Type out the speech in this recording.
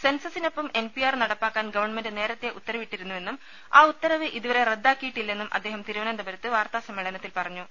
സെൻസെസിനൊപ്പം N P R നടപ്പാക്കാൻ government നേരത്തെ ഉത്തരവിട്ടിരുന്നുവെന്നും ആ ഉത്തരവ് ഇതുവരെ റദ്ദാക്കിയിട്ടില്ലെന്നും അദ്ദേഹം തിരുവനന്തപുരത്ത് വാർത്താസമ്മേളനത്തിൽ പറഞ്ഞു